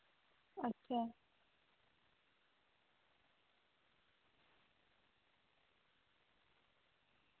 ᱟᱪᱪᱷᱟ